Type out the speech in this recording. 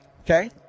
okay